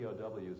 POWs